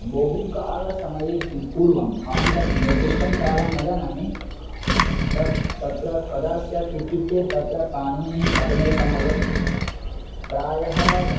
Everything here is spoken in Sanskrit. बहुकालसमये पूर्वम् अहं तत् निर्दिष्टं कालं न जानामि तत् तत्र कदा स्यात् इत्युक्ते तत्र पाणिनिः पतञ्जलिः समये यत् प्रायः